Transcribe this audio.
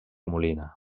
molina